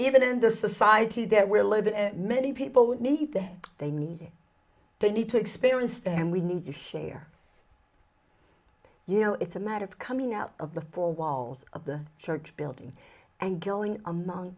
even in the society there were lived and many people would meet there they need to need to experience and we need to share you know it's a matter of coming out of the four walls of the church building and killing among